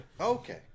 Okay